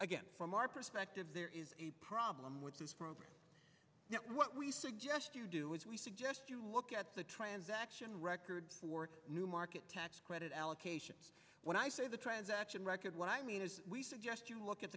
again from our perspective there is a problem with what we suggest you do is we suggest you look at the transaction records for new market catch credit allocation when i say the transaction record what i mean is we suggest you look at